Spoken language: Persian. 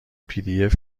pdf